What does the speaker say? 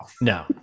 No